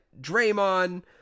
Draymond